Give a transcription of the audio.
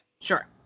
Sure